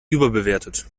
überbewertet